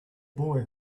boy